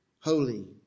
holy